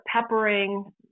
peppering